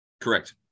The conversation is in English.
correct